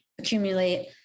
accumulate